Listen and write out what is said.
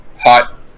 hot